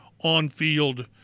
on-field